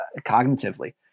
cognitively